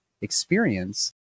experience